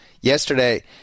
Yesterday